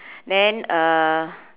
then uh